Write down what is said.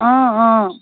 অঁ অঁ